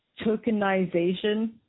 tokenization